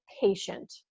patient